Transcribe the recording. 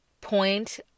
point